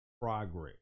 progress